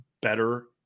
better